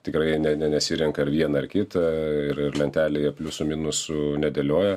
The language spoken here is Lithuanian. tikrai ne ne nesirenka ar vieną ar kitą ir ir lentelėje pliusų minusų nedėlioja